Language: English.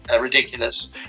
ridiculous